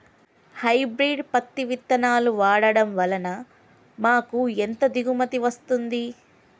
Hybrid పత్తి విత్తనాలు వాడడం వలన మాకు ఎంత దిగుమతి వస్తుంది?